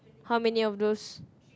how many of those